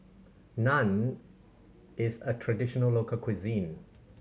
naan is a traditional local cuisine